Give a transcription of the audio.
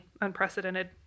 Unprecedented